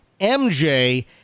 MJ